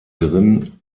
drin